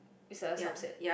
is a subset